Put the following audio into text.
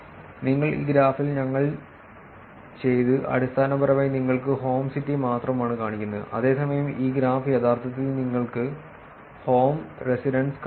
ഇപ്പോൾ ഈ ഗ്രാഫിൽ ഞങ്ങൾ ചെയ്തത് അടിസ്ഥാനപരമായി നിങ്ങൾക്ക് ഹോം സിറ്റി മാത്രമാണ് കാണിക്കുന്നത് അതേസമയം ഈ ഗ്രാഫ് യഥാർത്ഥത്തിൽ നിങ്ങൾക്ക് ഹോം റെസിഡൻസ് കാണിക്കുന്നു